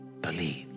believe